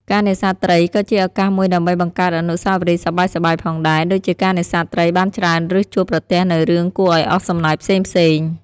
ការនេសាទត្រីក៏ជាឱកាសមួយដើម្បីបង្កើតអនុស្សាវរីយ៍សប្បាយៗផងដែរ ដូចជាការនេសាទត្រីបានច្រើនឬជួបប្រទះនូវរឿងគួរឱ្យអស់សំណើចផ្សេងៗ។